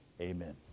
Amen